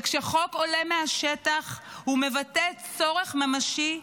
וכשחוק עולה מהשטח הוא מבטא צורך ממשי,